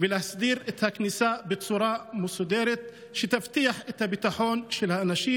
ולהסדיר את הכניסה בצורה מסודרת שתבטיח את הביטחון של האנשים.